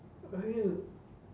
I mean